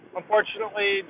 unfortunately